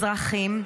אזרחים,